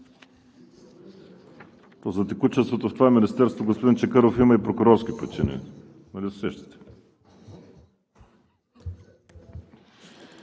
За текучеството в това министерство, господин Чакъров, има и прокурорски прецеденти, нали се сещате?